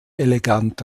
elegant